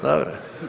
Dobro.